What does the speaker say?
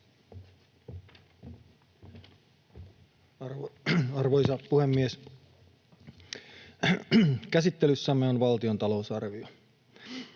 Arvoisa puhemies! Käsittelyssämme on valtion talousarvio.